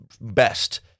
best